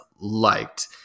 liked